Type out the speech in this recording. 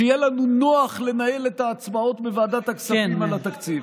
שיהיה לנו נוח לנהל את ההצבעות בוועדת הכספים על התקציב.